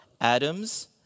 atoms